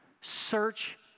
Search